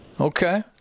Okay